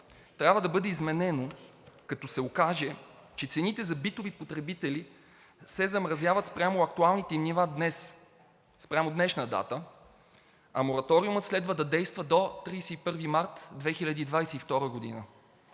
трябва да бъде изменено, като се укаже, че цените за битови потребители се замразяват спрямо актуалните нива днес, спрямо днешна дата, а мораториумът следва да действа до 31 март 2022 г.